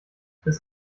bist